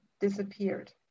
disappeared